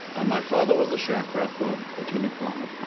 ah my father was a sharecropper, a tenant farmer.